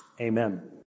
Amen